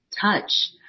touch